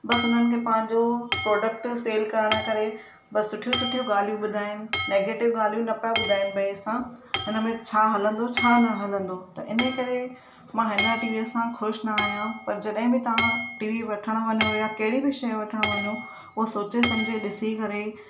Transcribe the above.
बसि हुननि खे पंहिंजो प्रोडक्ट सेल करण करे ॿ सुठियूं सुठियूं ॻाल्हियूं ॿुधायूं नेगेटिव ॻाल्हियूं न पिया ॿुधाइनि भई असां हुन में छा हलंदो छा न हलंदो त इन करे मां हिन टीवीअ सां ख़ुशि न आहियां पर जॾहिं बि तव्हां टीवी वठणु वञो या कहिड़ी बि शइ वठणु वञो उहो सोचे सम्झे ॾिसी करे